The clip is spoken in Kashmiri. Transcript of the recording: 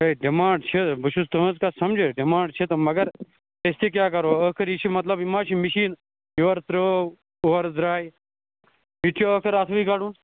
ہَے ڈیمانٛڈ چھِ بہٕ چھُس تُہٕنٛز کَتھ سَمجِتھ ڈیمانٛڈ چھِ تہٕ مگر أسۍ تہِ کیٛاہ کَرو ٲخٕر یہِ چھِ مطلب یہِ ما چھِ مِشیٖن یورٕ ترٛٲو اورٕ درٛایہِ یہِ تہِ چھِ ٲخٕر اَتھوُے کَڈُن